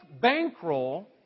bankroll